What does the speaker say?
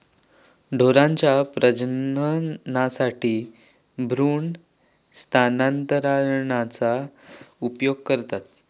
ढोरांच्या प्रजननासाठी भ्रूण स्थानांतरणाचा उपयोग करतत